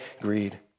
greed